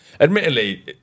Admittedly